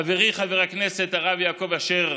חברי חבר הכנסת הרב יעקב אשר,